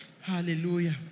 Hallelujah